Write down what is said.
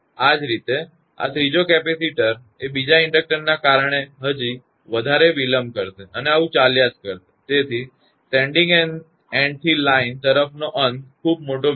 આ જ રીતે આ ત્રીજો કેપેસિટર એ બીજા ઇન્ડકટરના કારણે હજી વધારે વિલંબ કરશે અને આવું ચાલ્યા જ કરશે તેથી સેન્ડીંગ એન્ડ થી લાઇન તરફનો અંત ખૂબ મોટો વિલંબ છે